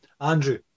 Andrew